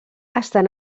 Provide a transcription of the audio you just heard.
estan